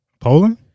Poland